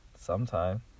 sometime